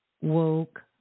woke